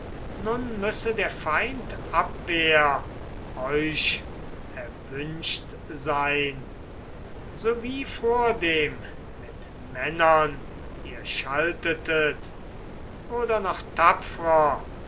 nun müsse der feind abwehr euch erwünscht sein so wie vordem mit männern ihr schaltetet oder noch tapfrer